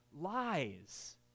lies